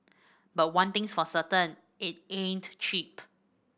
but one thing's for certain it ain't cheap